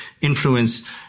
influence